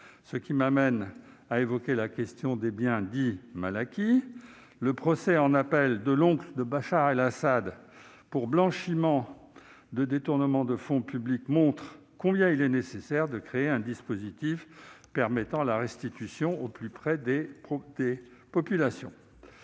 Cela m'amène à évoquer la question des biens dits « mal acquis ». Le procès en appel de l'oncle de Bachar el-Assad pour blanchiment de détournement de fonds publics montre, s'il en était encore besoin, combien il est nécessaire de créer un dispositif permettant la restitution, au plus près des populations